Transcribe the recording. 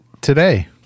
today